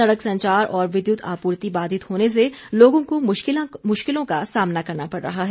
सड़क संचार और विद्युत आपूर्ति बाधित होने से लोगों को मुश्किलों का सामना करना पड़ रहा है